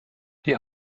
die